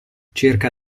circa